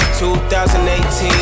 2018